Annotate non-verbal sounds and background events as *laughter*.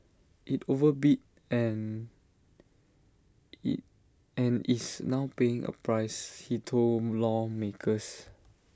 IT overbid and *unintelligible* and is now paying A price he told lawmakers